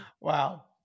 wow